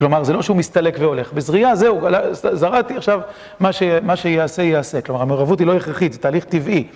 כלומר, זה לא שהוא מסתלק והולך, בזריעה זהו, זרעתי עכשיו, מה שיעשה ייעשה. כלומר, המעורבות היא לא הכרחית, זה תהליך טבעי.